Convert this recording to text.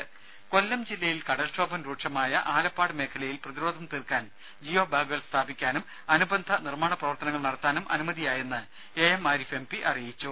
രുദ കൊല്ലം ജില്ലയിൽ കടൽക്ഷോഭം രൂക്ഷമായ ആലപ്പാട് മേഖലയിൽ പ്രതിരോധം തീർക്കാൻ ജിയോ ബാഗുകൾ സ്ഥാപിക്കാനും അനുബന്ധ നിർമാണ പ്രവർത്തനങ്ങൾ നടത്താനും അനുമതിയായെന്ന് A M Arif M P അറിയിച്ചു